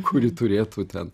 kuri turėtų ten